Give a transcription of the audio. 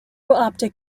optic